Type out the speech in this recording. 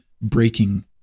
breaking